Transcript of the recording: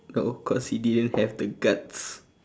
oh cause he didn't have the guts